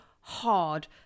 hard